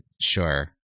sure